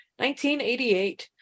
1988